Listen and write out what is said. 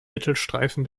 mittelstreifen